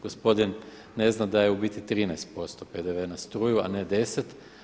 Gospodin ne zna da je u biti 13% PDV na struju, a ne 10.